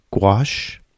gouache